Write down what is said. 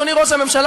אדוני ראש הממשלה,